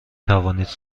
توانید